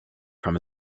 from